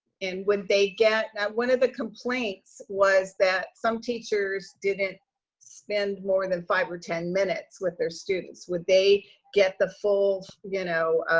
and would they get now, one of the complaints was that some teachers didn't spend more than five or ten minutes with their students, would they get the full, you know,